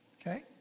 Okay